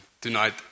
tonight